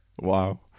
Wow